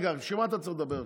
בשביל מה אתה צריך לדבר עכשיו?